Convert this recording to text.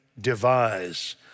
devise